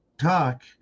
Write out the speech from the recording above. talk